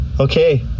Okay